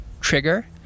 trigger